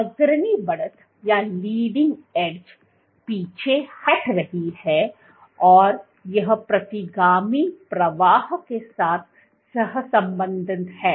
तो अग्रणी बढ़त पीछे हट रही है और यह प्रतिगामी प्रवाह के साथ सहसंबद्ध है